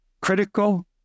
critical